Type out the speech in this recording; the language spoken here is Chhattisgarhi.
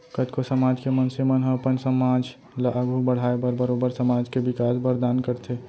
कतको समाज के मनसे मन ह अपन समाज ल आघू बड़हाय बर बरोबर समाज के बिकास बर दान करथे